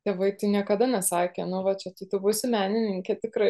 tėvai tai niekada nesakė nu va čia tu tu būsi menininkė tikra